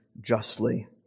justly